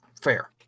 fair